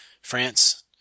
France